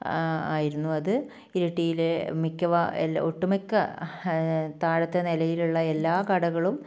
ആയിരുന്നു അത് ഇരിട്ടിയിലെ മിക്ക ഒട്ടുമിക്ക താഴത്തെ നിലയിലുള്ള എല്ലാ കടകളും